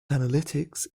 analytics